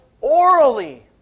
orally